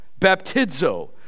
baptizo